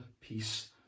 peace